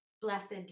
blessed